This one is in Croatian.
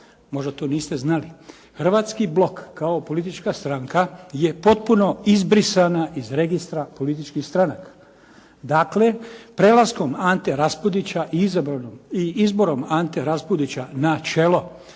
možda to niste znali, Hrvatski blok kao politička stranka je potpuno izbrisana iz registra političkih stranaka, dakle, prelaskom Ante Raspudića i izborom Ante Raspudića na čelo